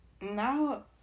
now